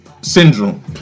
syndrome